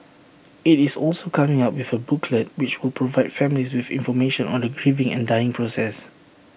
IT is also coming up with A booklet which will provide families with information on the grieving and dying process